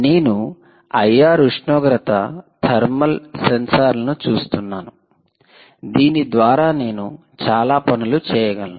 నేను ఐఆర్ ఉష్ణోగ్రత థర్మల్ సెన్సార్లను చూస్తున్నాను దీని ద్వారా నేను చాలా పనులు చేయగలను